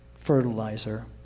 fertilizer